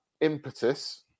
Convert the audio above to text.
impetus